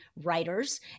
writers